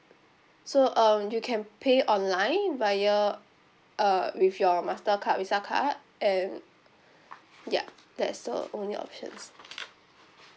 so um you can pay online via uh with your mastercard visa card and ya that's the only options